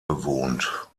bewohnt